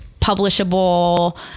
publishable